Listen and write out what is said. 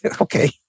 okay